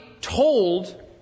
told